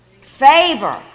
favor